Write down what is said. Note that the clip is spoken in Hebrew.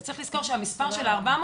אז המספר של ה-400